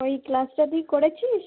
ওই ক্লাসটা তুই করেছিস